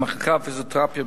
2. המחלקה לפיזיותרפיה,